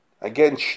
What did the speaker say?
Again